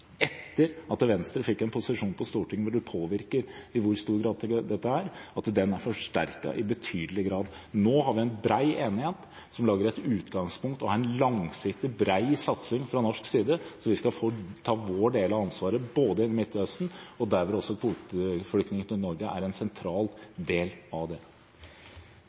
etter at Venstre fikk en posisjon på Stortinget, hvor man påvirker i stor grad, er forsterket i betydelig grad. Nå har vi en bred enighet som lager et utgangspunkt, og vi har en langsiktig, bred satsing fra norsk side. Vi skal ta vår del av ansvaret i Midtøsten, der kvoteflyktninger til Norge er en sentral del av det.